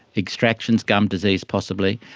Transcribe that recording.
extractions, gum disease possibly.